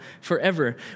forever